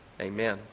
amen